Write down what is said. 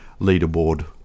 leaderboard